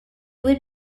would